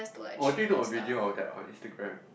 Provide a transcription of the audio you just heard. oh I didn't took a video of that on Instagram